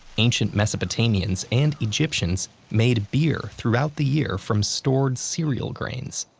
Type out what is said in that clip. ancient mesopotamians and egyptians made beer throughout the year from stored cereal grains.